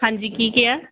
ਹਾਂਜੀ ਕੀ ਕਿਹਾ